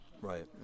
right